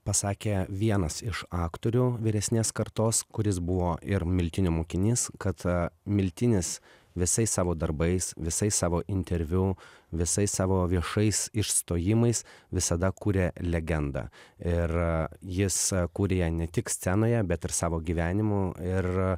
pasakė vienas iš aktorių vyresnės kartos kuris buvo ir miltinio mokinys kad miltinis visais savo darbais visais savo interviu visais savo viešais išstojimais visada kūrė legendą ir jis kūrė ją ne tik scenoje bet ir savo gyvenimu ir